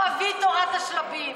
הוא אבי תורת השלבים.